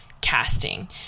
casting